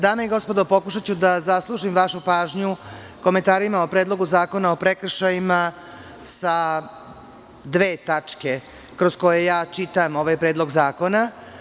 Dame i gospodo, pokušaću da zaslužim vašu pažnju komentarima o Predlogu zakona o prekršajima sa dve tačke, kroz koje ja čitam ova predlog zakona.